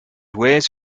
weighs